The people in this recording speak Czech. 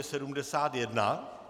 71.